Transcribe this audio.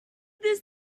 this